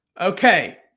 Okay